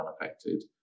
unaffected